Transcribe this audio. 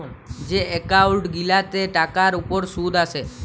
যে এক্কাউল্ট গিলাতে টাকার উপর সুদ আসে